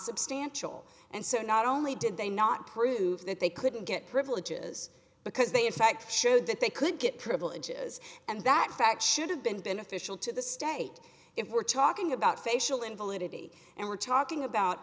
substantial and so not only did they not prove that they couldn't get privileges because they in fact showed that they could get privileges and that fact should have been beneficial to the state if we're talking about facial invalidity and we're talking about